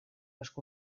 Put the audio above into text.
les